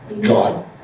God